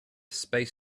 space